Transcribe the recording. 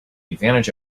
advantage